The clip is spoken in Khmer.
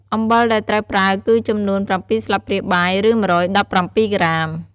អំំបិលដែលត្រូវប្រើគឺចំនួន ៧ស្លាបព្រាបាយ ឬ ១១៧ ក្រាម។